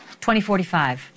2045